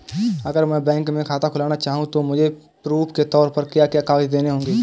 अगर मैं बैंक में खाता खुलाना चाहूं तो मुझे प्रूफ़ के तौर पर क्या क्या कागज़ देने होंगे?